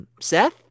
Seth